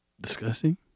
Disgusting